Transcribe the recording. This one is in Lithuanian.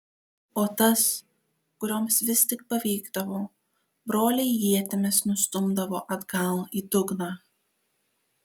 o tas kurioms vis tik pavykdavo broliai ietimis nustumdavo atgal į dugną